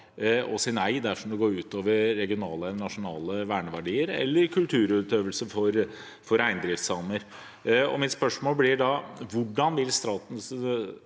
å si nei dersom det går ut over regionale eller nasjonale verneverdier eller kulturutøvelse for reindriftssamer. Mitt spørsmål blir da: Hvordan vil statsråden